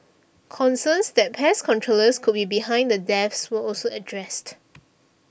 concerns that pest controllers could be behind the deaths were also addressed